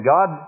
God